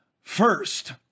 first